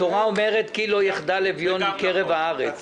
התורה אומרת: "כי לא יחדל אביון מקרב הארץ"